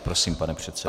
Prosím, pane předsedo.